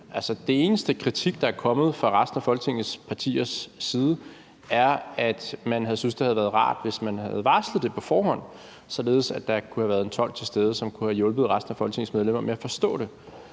den eneste kritik, der er kommet fra resten af Folketingets partiers side, er, at man havde syntes, det havde været rart, hvis man havde varslet det på forhånd, således at der kunne have været en tolk til stede, som kunne have hjulpet resten af Folketingets medlemmer med at forstå det.